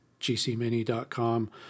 GCmini.com